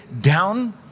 down